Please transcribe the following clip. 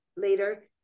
later